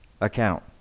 account